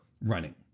running